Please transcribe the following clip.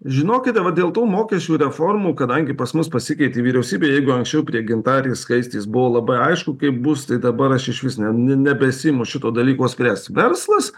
žinokit dabar dėl tų mokesčių reformų kadangi pas mus pasikeitė vyriausybė jeigu anksčiau prie gintarės skaistės buvo labai aišku kaip bus tai dabar aš išvis ne nebesiimu šito dalyko spręst verslas